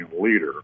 leader